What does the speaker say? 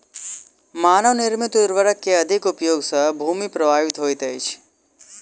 मानव निर्मित उर्वरक के अधिक उपयोग सॅ भूमि प्रभावित होइत अछि